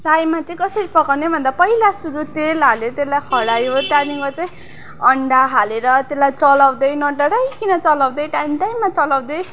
ताईमा चाहिँ कसरी पकाउने भन्दा पहिला सुरु तेल हाल्यो त्यसलाई खरायो त्यहाँदेखि चाहिँ अन्डा हालेर त्यसलाई चलाउँदै नडराइकन चलाउँदै टाइम टाइममा चलाउँदै